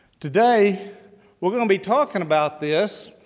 today we're going to be talking about this,